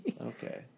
Okay